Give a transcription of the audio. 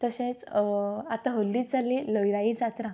तशेंच हल्लीच जाल्ली लयरायी जात्रा